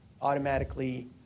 automatically